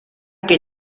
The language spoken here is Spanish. que